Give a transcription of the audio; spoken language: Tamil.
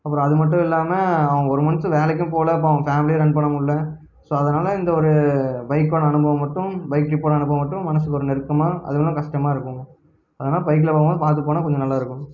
அப்புறம் அது மட்டும் இல்லாமல் அவன் ஒரு மந்த்து வேலைக்கும் போகல பாவம் ஃபேமிலியும் ரன் பண்ண முடில ஸோ அதனால் இந்த ஒரு பைக்கோடய அனுபவம் மட்டும் பைக்கிங் போகிற அனுபவம் மட்டும் மனதுக்கு ஒரு நெருக்கமாக அதுவுமில்லாமல் கஷ்டமா இருக்கும் அதனால் பைக்கில் போகும்போது பார்த்து போனால் கொஞ்சம் நல்லாயிருக்கும்